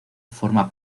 forma